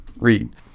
read